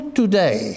today